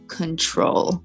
control